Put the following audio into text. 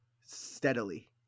steadily